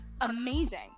amazing